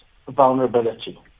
Vulnerability